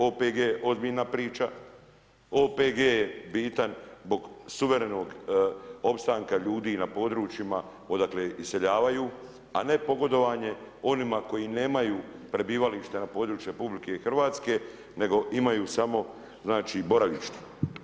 OPG je ozbiljna priča, OPG je bitan zbog suverenog opstanka ljudi na područjima odakle iseljavaju, a ne pogodovanje onima koji nemaju prebivalište na području Republike Hrvatske, nego imaju samo znači boravište.